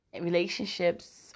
relationships